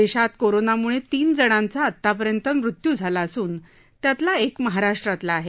देशात कोरोनामुळे तीन जणांचा आत्तापर्यंत मृत्यू झाला असून त्यातला एक महाराष्ट्रातला आहे